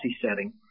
setting